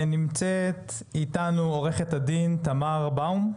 נמצאת איתנו עורכת הדין תמר באום,